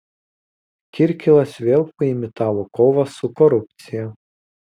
kirkilas vėl paimitavo kovą su korupcija